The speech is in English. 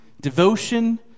devotion